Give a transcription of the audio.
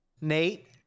Nate